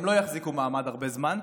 הם לא יחזיקו מעמד הרבה זמן,